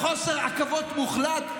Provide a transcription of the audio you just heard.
בחוסר עכבות מוחלט?